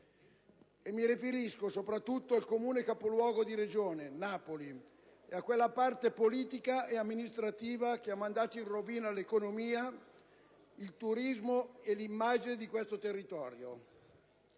mi riferisco soprattutto al Comune capoluogo di Regione, Napoli, e a quella parte politica e amministrativa che ha mandato in rovina l'economia, il turismo e l'immagine di questo territorio,